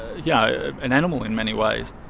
yeah an animal in many ways.